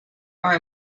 are